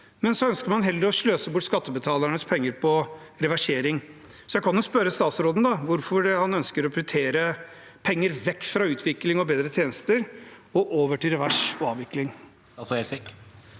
men så ønsker man heller å sløse bort skattebetalernes penger på reversering. Så jeg kan jo spørre statsråden hvorfor han ønsker å prioritere penger vekk fra utvikling og bedre tjenester og over til revers og avvikling.